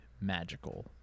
magical